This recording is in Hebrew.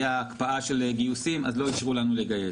הייתה הקפאה של גיוסים אז לא אישרו לנו לגייס.